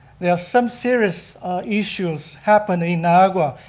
there are some serious issues happening in niagara.